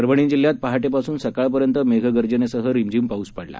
परभणी जिल्ह्यात पहाटेपासून सकाळपर्यंत मेघ गर्जनेसह रिमझिम पाऊस पडला